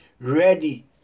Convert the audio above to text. ready